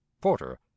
Porter